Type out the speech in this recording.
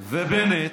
גם בת זוגו.